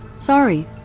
Sorry